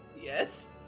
Yes